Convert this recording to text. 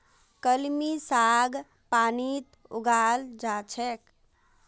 कलमी साग पानीत उगाल जा छेक